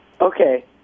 okay